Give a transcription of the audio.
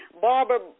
Barbara